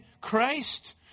Christ